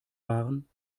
waren